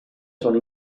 sono